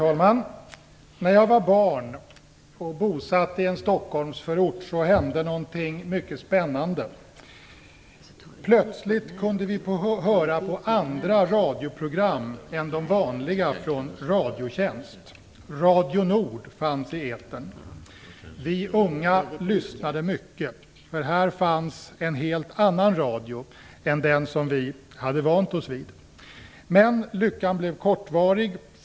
Fru talman! När jag var barn och bosatt i en Stockholmsförort, hände någonting mycket spännande. Plötsligt kunde vi få höra på andra radioprogram än de vanliga från Radiotjänst. Radio Nord fanns i etern. Vi unga lyssnade mycket, för här fanns en helt annan radio än den som vi hade vant oss vid. Men lyckan blev kortvarig.